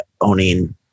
owning